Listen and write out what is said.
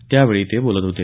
त्यावेळी ते बोलत होते